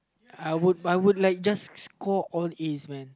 I would I would like just score all As man